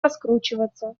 раскручиваться